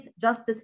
Justice